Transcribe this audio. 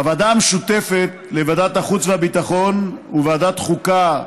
הוועדה המשותפת לוועדת החוץ והביטחון וועדת חוקה,